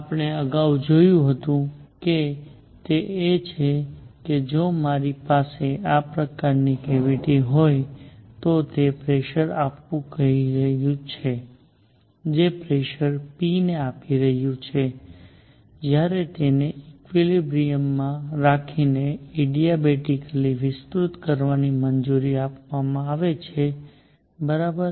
આપણે અગાઉ જે જોયું છે તે એ છે કે જો મારી પાસે આ પ્રકારની કેવીટી હોય તો તે પ્રેશરઆપવું કરી રહ્યું છે જે પ્રેશર p ને આપી રહ્યું છે જ્યારે તેને ઈકવલીબ્રીયમ માં રાખીને એડિયાબેટિકલી વિસ્તૃત કરવાની મંજૂરી આપવામાં આવે છે બરાબર